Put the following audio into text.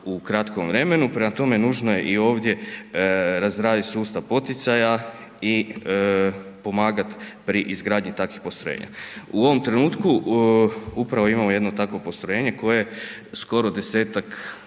u kratkom vremenu, prema tome, nužno je i ovdje razraditi sustav poticaja i pomagati pri izgradnji takvih postrojenja. U ovom trenutku upravo imamo jedno takvo postrojenje, koj je skoro 10-tak